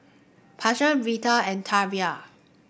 Pasquale Vita and Tavian